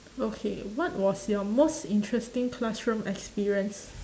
okay what was your most interesting classroom experience